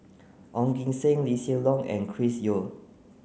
Ong Kim Seng Lee Hsien Loong and Chris Yeo